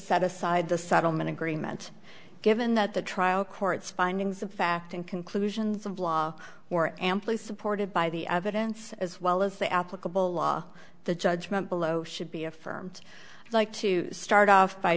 set aside the settlement agreement given that the trial court's findings of fact and conclusions of law or amply supported by the evidence as well as the applicable law the judgment below should be affirmed like to start off by